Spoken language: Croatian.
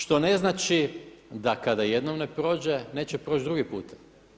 Što ne znači da kada jednom ne prođe neće proći drugi puta.